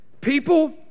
People